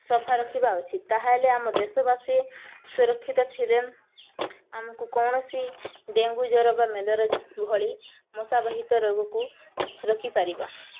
ସଫା ରଖିବା ଉଚିତ୍ ତାହେଲେ ଆମ ଦେଶବାସୀ ସୁରକ୍ଷିତ ଥିରେ ଆମକୁ କୌଣସି ଡ଼େଙ୍ଗୁ ଜର ବା ମ୍ୟାଲେରିଆ ଜ ଭଳି ମଶାବାହିତ ରୋଗକୁ ରୋକିପାରିବା